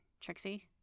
Trixie